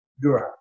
dura